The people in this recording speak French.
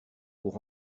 pour